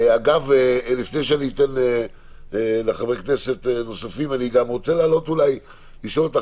לפני שאני אתן לחברי כנסת נוספים אני רוצה לשאול אותך.